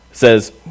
says